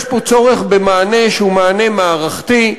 יש פה צורך במענה שהוא מענה מערכתי.